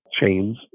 chains